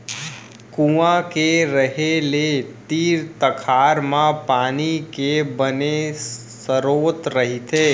कुँआ के रहें ले तीर तखार म पानी के बने सरोत रहिथे